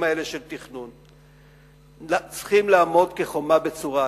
האלה של תכנון: צריכים לעמוד כחומה בצורה,